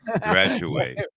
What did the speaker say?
graduate